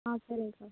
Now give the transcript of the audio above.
ஆ சரிங்கக்கா